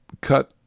cut